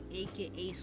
aka